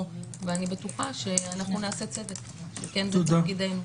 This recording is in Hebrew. ואני בטוחה שאנחנו נעשה צדק כי זה תפקידנו.